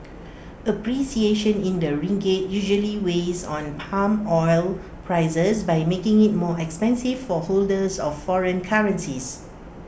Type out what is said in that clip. appreciation in the ringgit usually weighs on palm oil prices by making IT more expensive for holders of foreign currencies